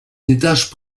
détachent